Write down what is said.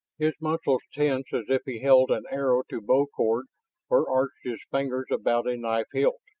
his muscles tense as if he held an arrow to bow cord or arched his fingers about a knife hilt.